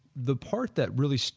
the part that really